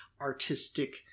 artistic